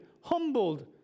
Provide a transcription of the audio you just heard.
humbled